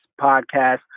podcast